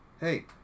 Hey